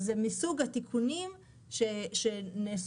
מסוג התיקונים שנעשו